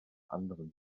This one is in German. anderen